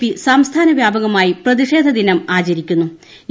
P സംസ്ഥാന വ്യാപകമായി പ്രതിഷേധദിനം ആചരിക്കുകയാണ്